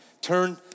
turn